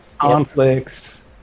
conflicts